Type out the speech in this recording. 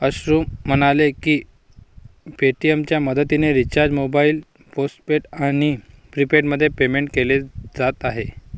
अश्रू म्हणाले की पेटीएमच्या मदतीने रिचार्ज मोबाईल पोस्टपेड आणि प्रीपेडमध्ये पेमेंट केले जात आहे